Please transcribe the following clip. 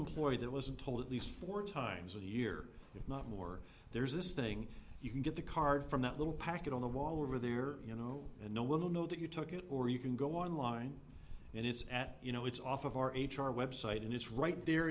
employee that wasn't told at least four times a year if not more there's this thing you can get the card from that little packet on the wall over there you know and no one will know that you took it or you can go online and it's at you know it's off of our h r website and it's